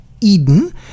Eden